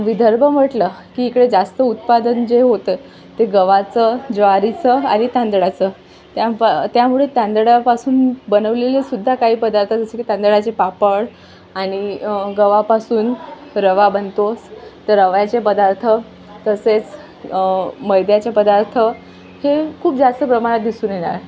विदर्भ म्हटलं की इकडे जास्त उत्पादन जे होतं ते गव्हाचं ज्वारीचं आणि तांदळाचं त्या प त्यामुळे तांदळापासून बनवलेले सुद्धा काही पदार्थ जसं की तांदळाचे पापड आणि गवापासून रवा बनतोच तर रव्याचे पदार्थ तसेच मैद्याचे पदार्थ हे खूप जास्त प्रमाणात दिसून येणार